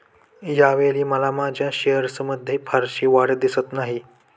यावेळी मला माझ्या शेअर्समध्ये फारशी वाढ दिसत नाही